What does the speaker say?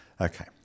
Okay